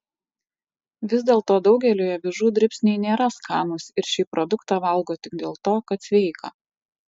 vis dėlto daugeliui avižų dribsniai nėra skanūs ir šį produktą valgo tik dėl to kad sveika